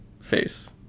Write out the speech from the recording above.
face